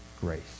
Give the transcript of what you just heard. grace